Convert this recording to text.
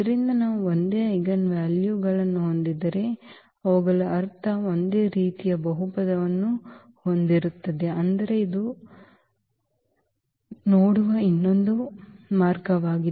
ಆದ್ದರಿಂದ ನಾವು ಒಂದೇ ಐಜೆನ್ವಾಲ್ಯುಗಳನ್ನು ಹೊಂದಿದ್ದರೆ ಅವುಗಳ ಅರ್ಥವು ಒಂದೇ ರೀತಿಯ ಬಹುಪದವನ್ನು ಹೊಂದಿರುತ್ತದೆ ಆದರೆ ಇದು ಅದನ್ನು ನೋಡುವ ಇನ್ನೊಂದು ಮಾರ್ಗವಾಗಿದೆ